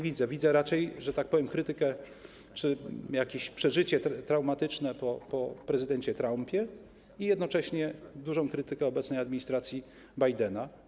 Widzę raczej, że tak powiem, krytykę czy jakieś przeżycie traumatyczne po prezydenturze Trumpa i jednocześnie dużą krytykę obecnej administracji Bidena.